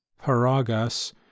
Paragas